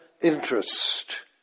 interest